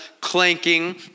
clanking